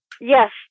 Yes